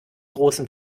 großen